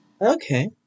Okay